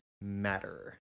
matter